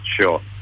Sure